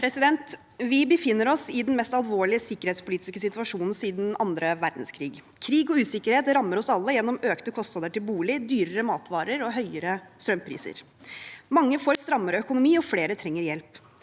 Vi befinner oss i den mest alvorlige sikkerhetspolitiske situasjonen siden andre verdenskrig. Krig og usikkerhet rammer oss alle gjennom økte kostnader til bolig, dyrere matvarer og høyere strømpriser. Mange får strammere økonomi, og flere trenger hjelp.